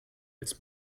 als